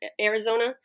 Arizona